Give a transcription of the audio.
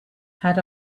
had